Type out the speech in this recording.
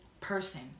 person